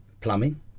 plumbing